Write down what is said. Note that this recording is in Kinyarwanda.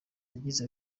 yagize